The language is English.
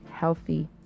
healthy